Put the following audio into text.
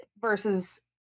versus